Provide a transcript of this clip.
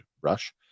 Rush